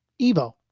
Evo